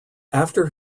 after